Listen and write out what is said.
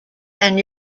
and